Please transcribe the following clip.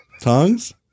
Tongues